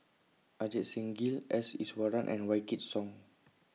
Ajit Singh Gill S Iswaran and Wykidd Song